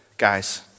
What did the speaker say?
Guys